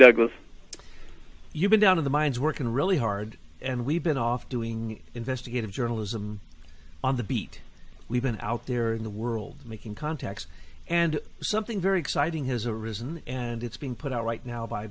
group you've been down in the mines working really hard and we've been off doing investigative journalism on the beat we've been out there in the world making contacts and something very exciting has arisen and it's being put out right now by